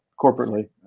corporately